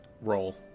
roll